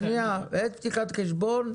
בעת פתיחת החשבון,